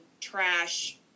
trash